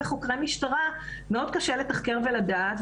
גם לחוקרי משטרה מאוד קשה לתחקר ולדעת,